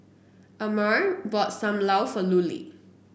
Amare bought Sam Lau for Lulie